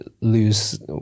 lose